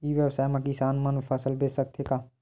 ई व्यवसाय म किसान मन फसल बेच सकथे का?